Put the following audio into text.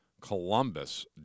Columbus